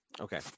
Okay